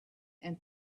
and